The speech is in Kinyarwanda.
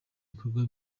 ibikorwa